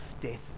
death